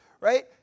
right